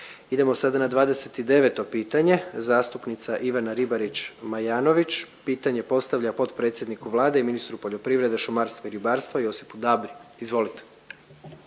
Idemo sada na 29. pitanje, zastupnica Ivana Ribarić Majanović pitanje postavlja potpredsjedniku Vlade i ministru poljoprivrede, šumarstva i ribarstva Josipu Dabri, izvolite.